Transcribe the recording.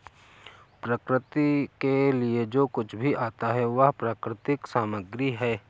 प्रकृति के लिए जो कुछ भी आता है वह प्राकृतिक सामग्री है